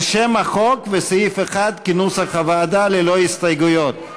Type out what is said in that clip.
וסעיף 1 כנוסח הוועדה, ללא הסתייגויות.